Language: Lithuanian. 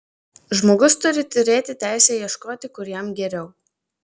žmogus turi turėti teisę ieškoti kur jam geriau